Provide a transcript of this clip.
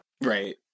Right